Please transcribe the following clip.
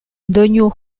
doinu